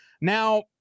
now